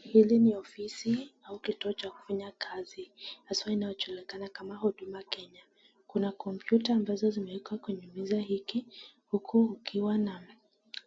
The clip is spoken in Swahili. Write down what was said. Hili ni ofisi au kituo cha kufanya kazi hasa inayojulikana kama Huduma Kenya. Kuna kompyuta ambazo zimeekwa kwenye meza hiki, uku kukiwa na